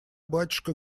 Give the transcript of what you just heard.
батюшка